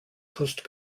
coast